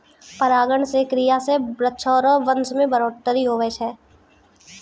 परागण रो क्रिया से वृक्ष रो वंश मे बढ़ौतरी हुवै छै